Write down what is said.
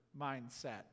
mindset